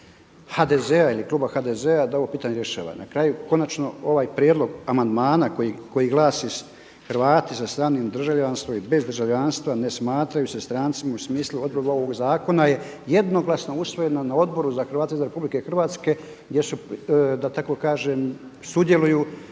HDZ-a ili kluba HDZ-a da ovo pitanje rješava. Na kraju konačno ovaj prijedlog amandmana koji glasi Hrvati sa stranim državljanstvom i bez državljanstva ne smatraju se strancima u smislu odredba ovog zakona je jednoglasno usvojena na Odboru za Hrvate izvan Republike Hrvatske gdje su da tako kažem sudjeluju